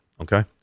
Okay